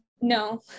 No